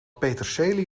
peterselie